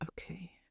Okay